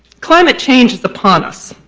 climate change is upon us.